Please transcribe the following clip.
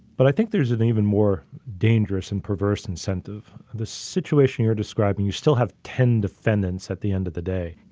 but i think there's an even more dangerous and perverse incentive, the situation you're describing. you still have ten defendants at the end of the day.